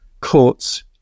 courts